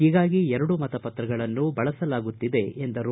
ಹೀಗಾಗಿ ಎರಡು ಮತಪತ್ರಗಳನ್ನು ಬಳಸಲಾಗುತ್ತಿದೆ ಎಂದರು